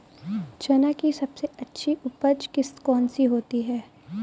चना की सबसे अच्छी उपज किश्त कौन सी होती है?